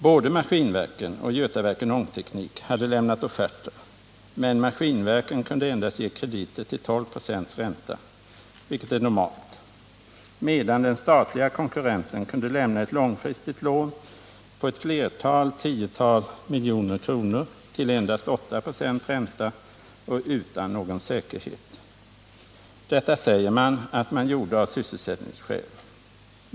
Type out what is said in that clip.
Både Maskinverken och Götaverken Ångteknik hade lämnat offerter, men Maskinverken kunde endast ge krediter till 12 26 ränta, vilket är normalt, medan den statliga konkurrenten kunde lämna ett långfristigt lån på flera tiotal miljoner kronor till endast 8 96 ränta och utan att begära någon säkerhet. Detta säger man att man gjorde av sysselsättningsskäl.